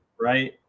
right